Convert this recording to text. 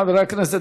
חברי הכנסת,